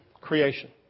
creation